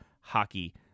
Hockey